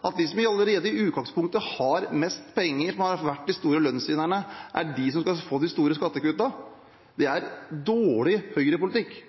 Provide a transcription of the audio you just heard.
at de som allerede i utgangspunktet har mest penger og har vært de store lønnsvinnerne, er de som skal få de store skattekuttene? Det er dårlig høyrepolitikk –